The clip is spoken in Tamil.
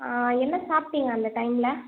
ஆ என்ன சாப்பிடிங்க அந்த டைமில்